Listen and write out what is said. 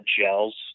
gels